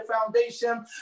foundation